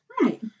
Right